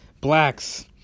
blacks